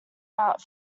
out